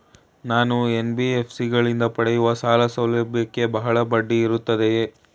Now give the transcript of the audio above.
ನಾನು ಎನ್.ಬಿ.ಎಫ್.ಸಿ ಗಳಿಂದ ಪಡೆಯುವ ಸಾಲ ಸೌಲಭ್ಯಕ್ಕೆ ಬಹಳ ಬಡ್ಡಿ ಇರುತ್ತದೆಯೇ?